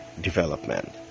development